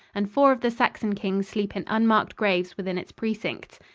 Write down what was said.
and four of the saxon kings sleep in unmarked graves within its precincts.